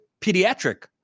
pediatric